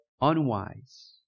unwise